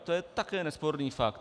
To je také nesporný fakt.